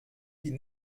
die